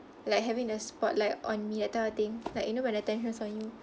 like having a spotlight on me that type of thing like you know when the attention's on you